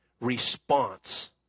response